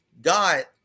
God